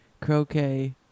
Croquet